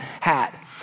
hat